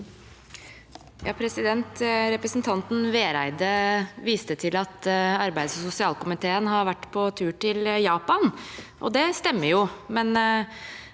(H) Representanten Ve- reide viste til at arbeids- og sosialkomiteen har vært på tur til Japan. Det stemmer jo,